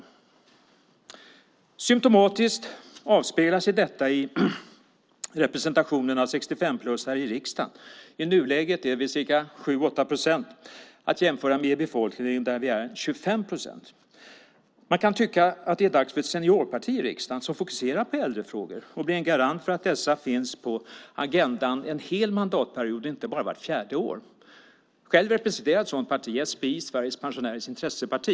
Det är symtomatiskt att detta avspeglar sig i representationen av 65-plussare i riksdagen. I nuläget är vi 7-8 procent, att jämföra med hela befolkningen där vi är 25 procent. Man kan tycka att det är dags för ett seniorparti i riksdagen som fokuserar på äldrefrågor och blir en garant för att dessa finns på agendan en hel mandatperiod och inte bara vart fjärde år. Själv representerar jag ett sådant parti - SPI, Sveriges Pensionärers Intresseparti.